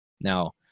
Now